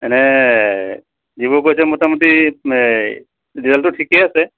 এনেই যিবোৰ কৰিছে মোটামুটি ৰিজাল্টটো ঠিকেই আছে